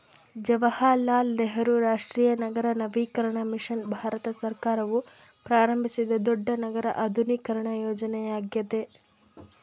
ಜವಾಹರಲಾಲ್ ನೆಹರು ರಾಷ್ಟ್ರೀಯ ನಗರ ನವೀಕರಣ ಮಿಷನ್ ಭಾರತ ಸರ್ಕಾರವು ಪ್ರಾರಂಭಿಸಿದ ದೊಡ್ಡ ನಗರ ಆಧುನೀಕರಣ ಯೋಜನೆಯ್ಯಾಗೆತೆ